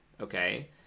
okay